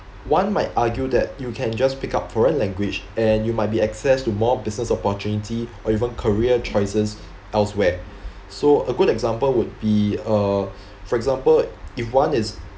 one might argue that you can just pick up foreign language and you might be access to more business opportunity or even career choices elsewhere so a good example would be uh for example if one is